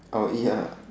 I will eat ah